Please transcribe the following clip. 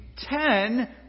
ten